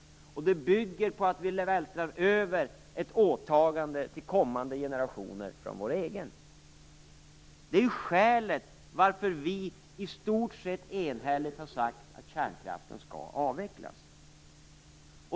Den bygger på att vi vältrar över ett åtagande till kommande generationer från vår egen generation. Det är skälet till varför vi i stort sett enhälligt har sagt att kärnkraften skall avvecklas.